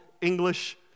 English